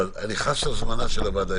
אבל אני חס על זמנה של הוועדה.